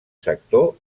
sector